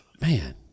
man